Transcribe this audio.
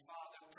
Father